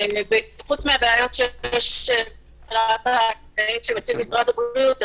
פרט לבעיה שמציג משרד הבריאות,